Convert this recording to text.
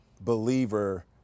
believer